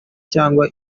cyangwa